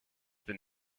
been